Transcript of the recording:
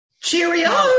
Cheerio